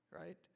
right